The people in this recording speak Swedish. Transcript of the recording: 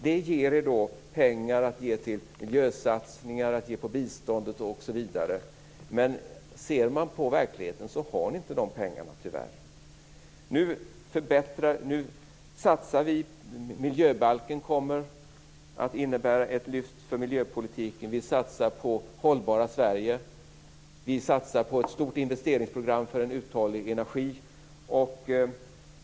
Det skall då ge er pengar till miljösatsningar, bistånd osv. Men ser man på verkligheten har ni tyvärr inte de pengarna. Nu satsar vi. Miljöbalken kommer att innebära ett lyft för miljöpolitiken. Vi satsar på det hållbara Sverige. Vi satsar på ett stort investeringsprogram för uthållig energi.